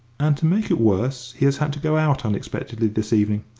and to make it worse, he has had to go out unexpectedly this evening,